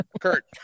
Kurt